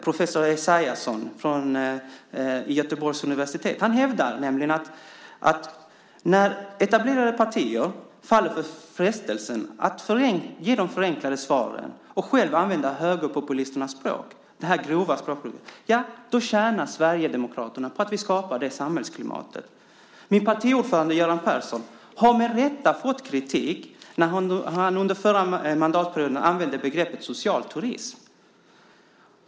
Professor Esaiasson vid Göteborgs universitet hävdar att när etablerade partier faller för frestelsen att ge de förenklade svaren och själva använda högerpopulisternas språk, det grova språkbruket, tjänar Sverigedemokraterna på att vi skapar detta samhällsklimat. Min partiordförande Göran Persson har med rätta fått kritik när han under den förra mandatperioden använde begreppet social turism.